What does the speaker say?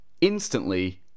instantly